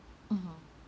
mmhmm